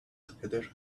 together